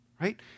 right